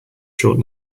short